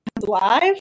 live